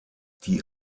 die